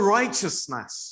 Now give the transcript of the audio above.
righteousness